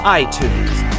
iTunes